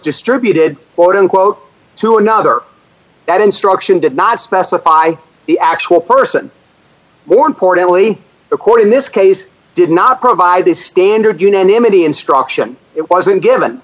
distributed or in quote to another that instruction did not specify the actual person more importantly the court in this case did not provide the standard unanimity instruction it wasn't given